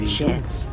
chance